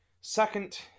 second